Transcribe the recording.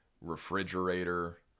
refrigerator